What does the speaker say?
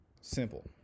Simple